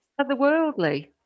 otherworldly